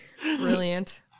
Brilliant